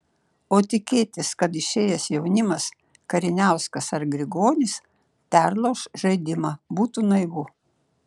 o tikėtis kad išėjęs jaunimas kariniauskas ar grigonis perlauš žaidimą būtų naivu